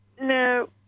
no